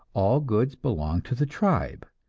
all goods belonged to the tribe,